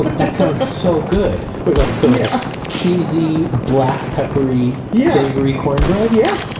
but that sounds so good. like a so like yeah cheesy black peppery yeah savory cornbread yeah